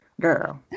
Girl